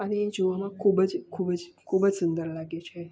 અને એ જોવામાં ખૂબ જ ખૂબ જ સુંદર લાગે છે